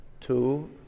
Two